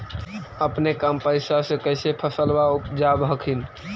अपने कम पैसा से कैसे फसलबा उपजाब हखिन?